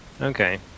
Okay